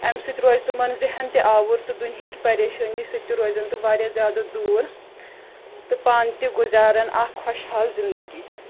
اَمہِ سۭتۍ روزِ تِمَن ذیٚہَن تہِ آوُر تہٕ دُنہِکہِ پَریشٲنی سۭتۍ تہِ روزَن تِم واریاہ زیادٕ دوٗر تہٕ پانہٕ تہِ گُذارَن تِم اَکھ خۄشحال زِنٛدٕگی